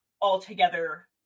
altogether